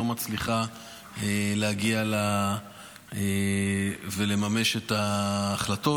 לא מצליחה להגיע ולממש את ההחלטות.